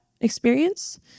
experience